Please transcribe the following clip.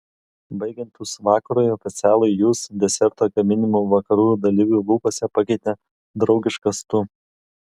baigiantis vakarui oficialųjį jūs deserto gaminimo vakarų dalyvių lūpose pakeitė draugiškas tu